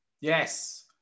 Yes